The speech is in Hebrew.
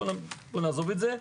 בוא נעזוב את זה.